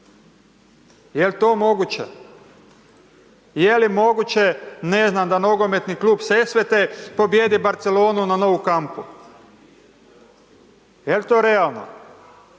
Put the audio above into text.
Jel to moguće, je li moguće ne znam da Nogometni klub Sesvete pobijedi Barcelonu na Nou Camp-u, jel to realno?